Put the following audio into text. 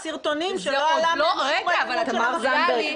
סרטונים שלא עלה מהם שום אלימות של המפגינים.